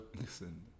Listen